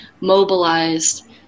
mobilized